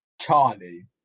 Charlie